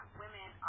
women